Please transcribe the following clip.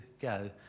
go